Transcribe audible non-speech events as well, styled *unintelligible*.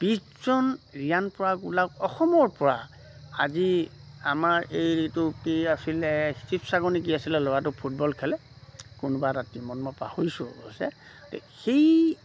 বিছজন ৰিয়ান পৰাগ উলাওক অসমৰ পৰা আজি আমাৰ এইটো কি আছিলে *unintelligible* কি আছিলে ল'ৰাটো ফুটবল খেলে কোনোবা এটা টীমত মই পাহৰিছোঁ *unintelligible*